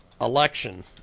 election